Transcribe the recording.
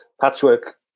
Patchwork